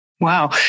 Wow